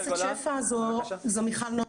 חבר הכנסת שפע, זו מיכל נוימן.